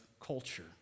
culture